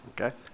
Okay